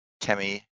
Kemi